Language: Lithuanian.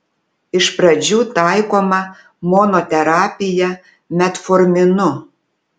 iš pradžių taikoma monoterapija metforminu